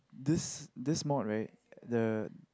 this this mod right the